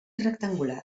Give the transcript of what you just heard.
rectangular